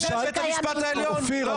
אופיר,